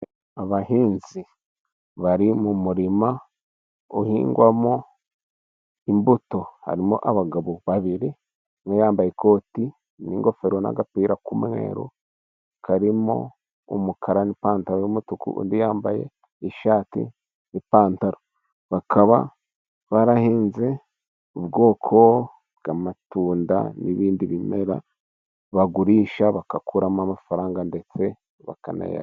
Abahinzi bari mu murima uhingwamo imbuto, harimo abagabo babiri umwe yambaye ikoti n'ingofero n'agapira k'umweru karimo umukara n' ipantaro y'umutuku, undi yambaye ishati n'ipantaro, bakaba barahinze ubwoko bw'amatunda n'ibindi bimera bagurisha bagakuramo amafaranga, ndetse bakanarya.